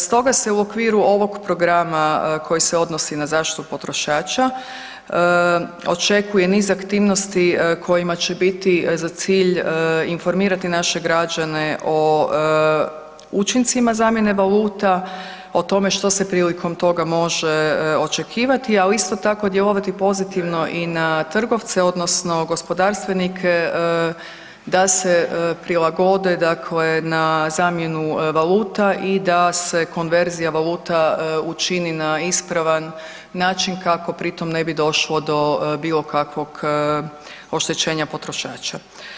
Stoga se u okviru ovog programa koji se odnosi na zaštitu potrošača očekuje niz aktivnosti kojima će biti za cilj informirati naše građane o učincima zamjene valuta, o tome što se prilikom toga može očekivati, ali isto tako djelovati pozitivno i na trgovce odnosno gospodarstvenike da se prilagode dakle na zamjenu valuta i da se konverzija valuta učini na ispravan način kako pri tom ne bi došlo do bilo kakvog oštećenja potrošača.